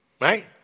Right